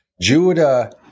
Judah